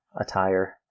attire